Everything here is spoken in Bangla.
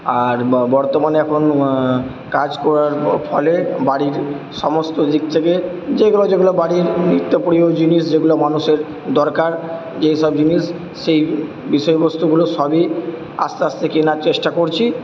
আর বা বর্তমানে এখন কাজ করার ফলে বাড়ির সমস্ত দিক থেকে যেগুলো যেগুলো বাড়ির নিত্য প্রয়োজনীয় জিনিস যেগুলো মানুষের দরকার যেই সব জিনিস সেই বিষয়বস্তুগুলো সবই আস্তে আস্তে কেনার চেষ্টা করছি